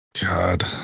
God